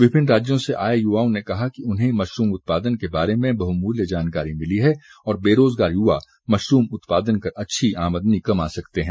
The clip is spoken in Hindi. विभिन्न राज्यों से आए युवाओं ने कहा कि उन्हें मशरूम उत्पादन के बारे में बहुमूल्य जानकारी मिली है और बेरोजगार युवा मशरूम उत्पादन कर अच्छी आमदनी कमा सकते हैं